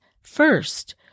first